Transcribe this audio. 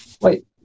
wait